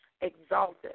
exalted